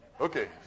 Okay